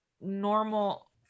normal